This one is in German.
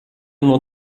nur